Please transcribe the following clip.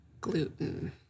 gluten